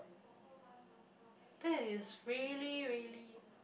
that is really really